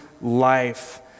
life